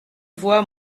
voix